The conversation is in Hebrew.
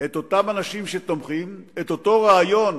אותם אנשים שתומכים, את אותו רעיון